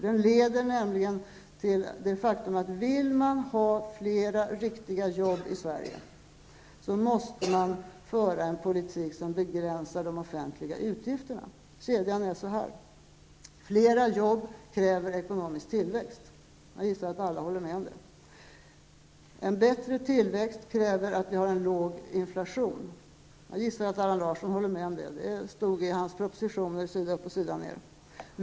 Den leder nämligen fram till det faktum att om man vill ha fler riktiga jobb i Sverige, måste man föra en politik som begränsar de offentliga utgifterna. Kedjan ser ut så här: -- Fler jobb kräver ekonomisk tillväxt. Jag gissar att alla håller med om det. -- En högre tillväxt kräver att vi har en låg inflation. Jag gissar att Allan Larsson håller med om det. Det stod i hans propositioner, sida upp och sida ned.